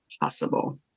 possible